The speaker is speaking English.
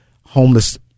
homeless